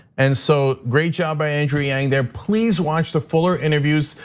and so great job by andrew yang there. please watch the fuller interviews,